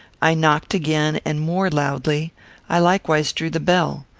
i knocked again, and more loudly i likewise drew the bell.